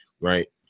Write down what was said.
Right